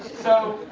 so